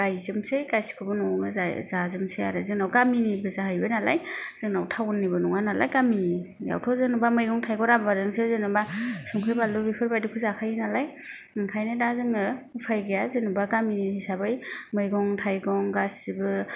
गायजोबसै गासिखौबो न'आवनो जाजोबनोसै आरो जोंनाव गामिनिबो जाहैबाय नालाय जोंनाव टाउन निबो नङा नालाय गामियावथ' जेनेबा मैगं थायगं आबादजोंसो संख्रि बानलु बेफोरबायदिखौ जाखायो नालाय ओंखायनो दा जोङो उफाय गैया जेनेबा गामिनि हिसाबै मैगं थायगं गासिबो